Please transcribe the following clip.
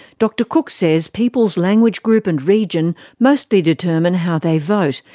dr cook says people's language group and region mostly determine how they vote.